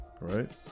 Right